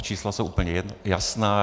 Ta čísla jsou úplně jasná.